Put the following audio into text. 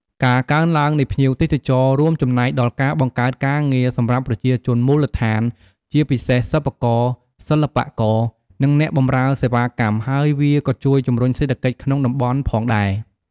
ការកើនឡើងនៃភ្ញៀវទេសចរ រួមចំណែកដល់ការបង្កើតការងារសម្រាប់ប្រជាជនមូលដ្ឋាន ជាពិសេសសិប្បករ សិល្បករ និងអ្នកបម្រើសេវាកម្ម ហើយវាក៏ជួយជំរុញសេដ្ឋកិច្ចក្នុងតំបន់ផងដែរ។